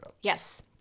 Yes